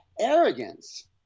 arrogance